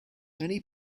many